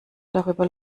darüber